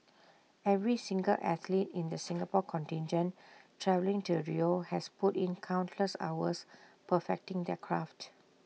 every single athlete in the Singapore contingent travelling to Rio has put in countless hours perfecting their craft